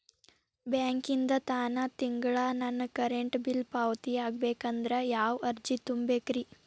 ಬ್ಯಾಂಕಿಂದ ತಾನ ತಿಂಗಳಾ ನನ್ನ ಕರೆಂಟ್ ಬಿಲ್ ಪಾವತಿ ಆಗ್ಬೇಕಂದ್ರ ಯಾವ ಅರ್ಜಿ ತುಂಬೇಕ್ರಿ?